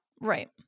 Right